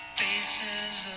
faces